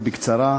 מיקי רוזנטל עברה,